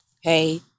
hey